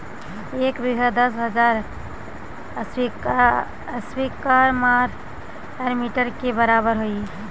एक बीघा दस हजार स्क्वायर मीटर के बराबर हई